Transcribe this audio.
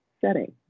setting